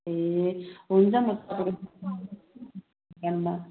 ए हुन्छ म तपाईँको हलमा